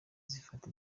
zifata